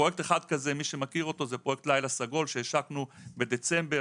פרויקט שנקרא "לילה סגול" שהשקנו בדצמבר